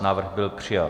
Návrh byl přijat.